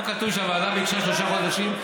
פה כתוב שהוועדה ביקשה שלושה חודשים.